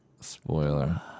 Spoiler